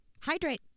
hydrate